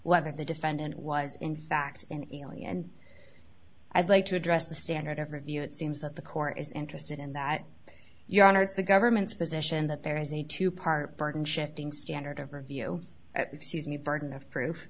whether the defendant was in fact in the end i'd like to address the standard of review it seems that the court is interested in that your honor it's the government's position that there is a two part burden shifting standard of review excuse me burden of proof